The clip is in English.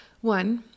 One